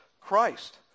Christ